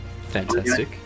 Fantastic